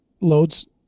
loads